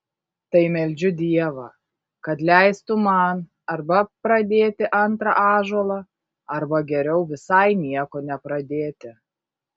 tai meldžiu dievą kad leistų man arba pradėti antrą ąžuolą arba geriau visai nieko nepradėti